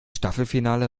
staffelfinale